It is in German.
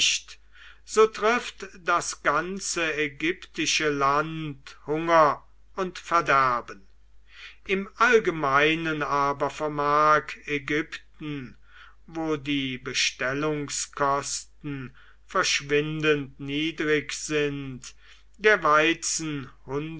so trifft das ganze ägyptische land hunger und verderben im allgemeinen aber vermag ägypten wo die bestellungskosten verschwindend niedrig sind der weizen